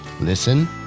listen